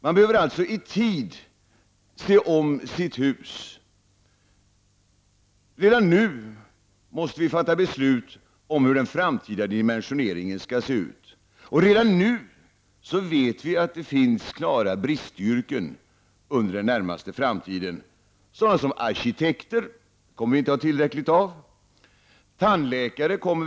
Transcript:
Man behöver alltså se om sitt hus i tid. Redan nu måste vi fatta beslut om hur den framtida dimensioneringen av utbildningen skall se ut. Vi vet redan nu att flera bristyrken kommer att uppstå under den närmaste framtiden. Vi kommer t.ex. inte att ha tillräckligt många arkitekter.